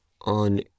on